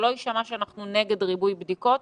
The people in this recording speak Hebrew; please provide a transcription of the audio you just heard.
שלא יישמע שאנחנו נגד ריבוי בדיקות,